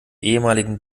ehemaligen